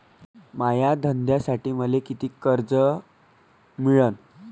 माया धंद्यासाठी मले कितीक कर्ज मिळनं?